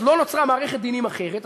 לא נוצרה מערכת דינים אחרת,